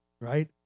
right